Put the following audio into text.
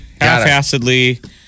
half-assedly